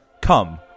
Come